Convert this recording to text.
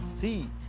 see